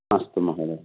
अस्तु महोदय